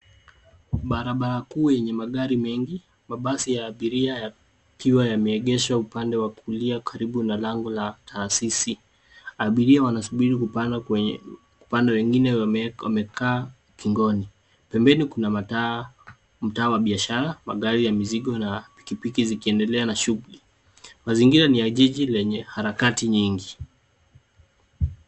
Barabara kuu yenye magari mengi ,mabasi ya abiria yakiwa yameegeshwa upande wa kulia, karibu na lango la taasisi. Abiria wanasubiri kupanda wengine wamekaa ukingoni. Pembeni kuna mataa, mtaa wa biashara, magari ya mizigo ,na pikipiki zikiendelea na shughuli. Mazingira ni ya jiji lenye harakati nyingi.